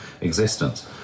existence